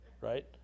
right